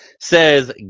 says